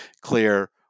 clear